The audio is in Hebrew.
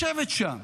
לשבת שם